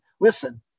listen